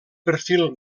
perfil